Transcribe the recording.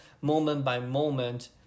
moment-by-moment